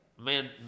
man